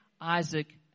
Isaac